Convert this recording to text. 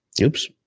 Oops